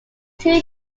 two